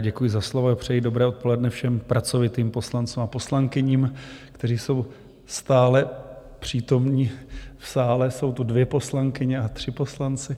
Děkuji za slovo a přeji dobré odpoledne všem pracovitým poslancům a poslankyním, kteří jsou stále přítomni v sále, jsou to dvě poslankyně a tři poslanci.